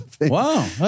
wow